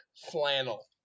flannel